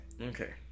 Okay